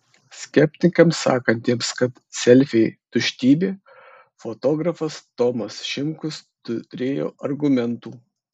skeptikams sakantiems kad selfiai tuštybė fotografas tomas šimkus turėjo argumentų